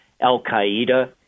al-qaeda